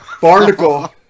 Barnacle